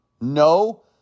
No